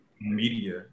media